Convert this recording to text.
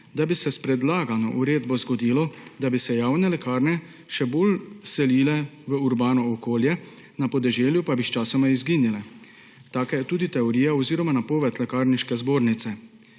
da bi se s predlagano uredbo zgodilo, da bi se javne lekarne še bolj selile v urbano okolje, na podeželju pa bi sčasoma izginjale. Taka je tudi teorija oziroma napoved lekarniške zbornice.